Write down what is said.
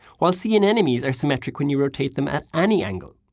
while sea and anemones are symmetric when you rotate them at any angle.